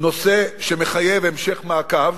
נושא שמחייב המשך מעקב